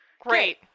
Great